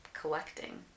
collecting